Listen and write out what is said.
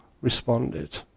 responded